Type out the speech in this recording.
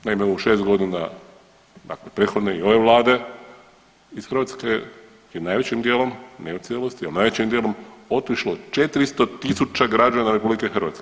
Naime, u 6 godina dakle prethodne i ove Vlade iz Hrvatske je najvećim dijelom, ne u cijelosti, ali najvećim dijelom otišlo 400 tisuća građana RH.